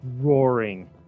roaring